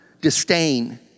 disdain